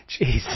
jeez